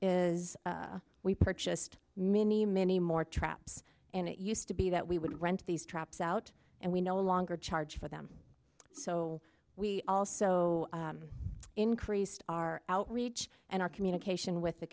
is we purchased many many more traps and it used to be that we would rent these traps out and we no longer charge for them so we also increased our outreach and our communication with the